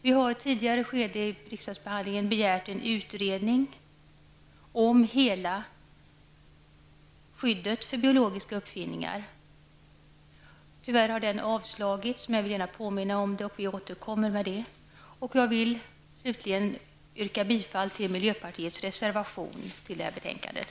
I ett tidigare skede i riksdagsbehandlingen har vi begärt en utredning om hela skyddet för biologiska uppfinningar. Tyvärr har den avslagits, men jag vill gärna påminna om den och vi återkommer i frågan. Jag vill slutligen yrka bifall till miljöpartiets reservation till det här betänkandet.